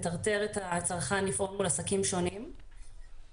מטרטר את הצרכן לפעול מול עסקים שונים ויוצר